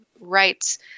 rights